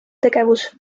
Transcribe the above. tegevus